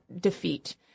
defeat